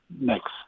next